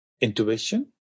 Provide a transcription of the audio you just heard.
intuition